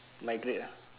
migrate ah